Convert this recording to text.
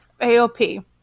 AOP